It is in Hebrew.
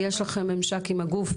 כמה אל יש לכם ממשק עם הגוף,